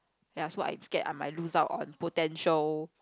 ya so I scared I might lose out on potential